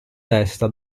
testa